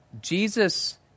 Jesus